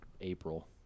April